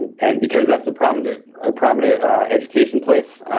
and and because that's a prominent ah prominent education place,